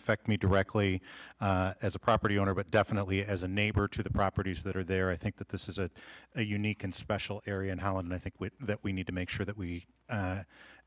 affect me directly as a property owner but definitely as a neighbor to the properties that are there i think that this is a unique and special area and how and i think that we need to make sure that we